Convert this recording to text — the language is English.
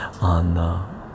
on